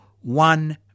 one